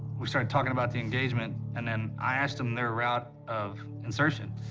we started talking about the engagement, and then i asked them their route of insertion.